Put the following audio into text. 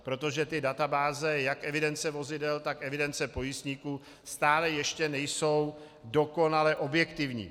Protože ty databáze, jak evidence vozidel, tak evidence pojistníků, stále ještě nejsou dokonale objektivní.